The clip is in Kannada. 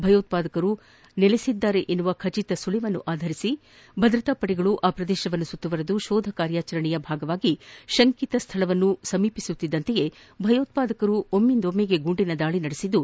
ಭಯೋತ್ಪಾದಕರು ನೆಲೆಸಿದ್ದಾರೆ ಎಂಬ ಖಜಿತ ಸುಳವು ಅನುಸರಿಸಿ ಭದ್ರತಾ ಪಡೆಗಳು ಪ್ರದೇಶವನ್ನು ಸುಪ್ತವರೆದು ಶೋಧನಾ ಕಾರ್ಯಾಚರಣೆಯ ಭಾಗವಾಗಿ ತಂಕಿತ ಸ್ಥಳವನ್ನು ಸಮೀಪಿಸುತ್ತಿದ್ದಂತೆ ಭಯೋತ್ವಾದಕರು ಏಕಾಏಕಿ ಗುಂಡಿನ ದಾಳಿ ನಡೆಸಿದ್ದು